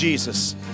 Jesus